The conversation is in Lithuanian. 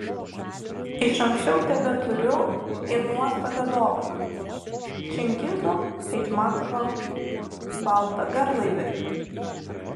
iš anksčiau tebeturiu ir nuostabią dovaną čingizo aitmatovo baltą garlaivį